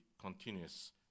continuous